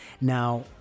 now